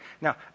Now